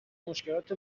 مشکلات